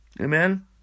Amen